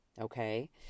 Okay